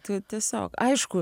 tiesiog aišku